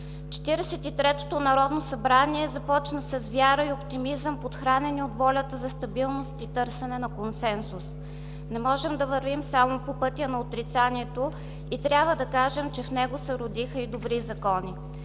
третото народно събрание започна с вяра и оптимизъм, подхранени от волята за стабилност и търсене на консенсус. Не можем да вървим само по пътя на отрицанието и трябва да кажем, че в него се родиха и добри закони,